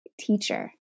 teacher